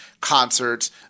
concerts